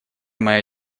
моя